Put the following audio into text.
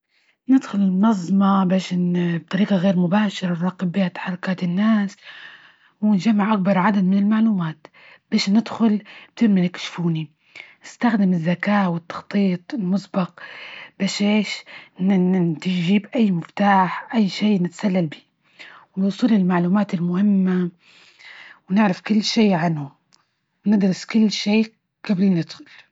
ندخل المنظمة بش ن بطريقة غير مباشرة، نراقب بها تحركات الناس، ونجمع أكبر عدد من المعلومات بش ندخل بترميلك شوفوني، استخدم الزكاء والتخطيط المسبق، بش أيش، ننن تجيب أي مفتاح، أي شيء نتسلل بيه والوصول للمعلومات المهمة، ونعرف كل شي عنهم، وندرس كل شي جبل ما ندخل.